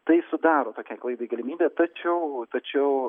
tai sudaro tokiai klaidai galimybę tačiau tačiau